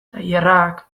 tailerrak